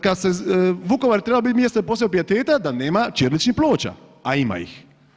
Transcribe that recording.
Kad se Vukovar trebao biti mjesto posebnog pijeteta, da nema ćiriličnih ploča, a ima ih.